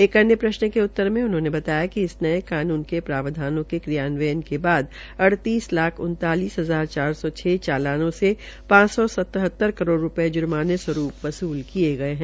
एक अन्य प्रश्न के उतर में उन्होंने कहा कि इस नये कानून के प्रावधानों के क्रियान्यन के बाद अडतीस लाख उन्तालिस हजार चार सौ छ चालानों से पांच सौ सतहत्र करोड़ रूपये रूवरूप वसूल किये गये है